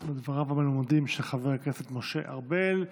על דבריו המלומדים של חבר הכנסת משה ארבל.